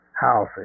housing